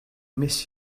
miss